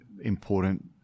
important